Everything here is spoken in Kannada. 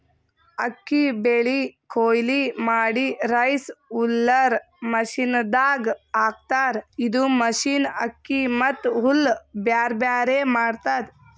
ಅಕ್ಕಿ ಬೆಳಿ ಕೊಯ್ಲಿ ಮಾಡಿ ರೈಸ್ ಹುಲ್ಲರ್ ಮಷಿನದಾಗ್ ಹಾಕ್ತಾರ್ ಇದು ಮಷಿನ್ ಅಕ್ಕಿ ಮತ್ತ್ ಹುಲ್ಲ್ ಬ್ಯಾರ್ಬ್ಯಾರೆ ಮಾಡ್ತದ್